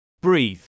Breathe